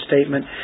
statement